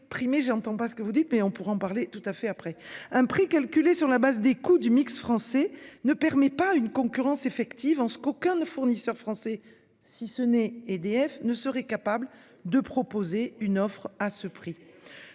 m'exprimer. J'entends pas ce que vous dites mais on pourra en parler tout à fait. Après un prix calculé sur la base des coûts du mix français ne permet pas une concurrence effective en ce qu'aucun de fournisseurs français. Si ce n'est. EDF ne serait capable de proposer une offre à ce prix.